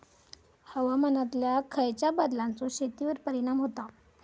हवामानातल्या खयच्या बदलांचो शेतीवर परिणाम होता?